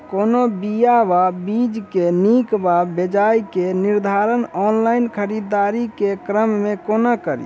कोनों बीया वा बीज केँ नीक वा बेजाय केँ निर्धारण ऑनलाइन खरीददारी केँ क्रम मे कोना कड़ी?